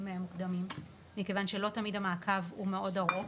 מוקדמים מכיוון שלא תמיד המעקב הוא מאוד ארוך,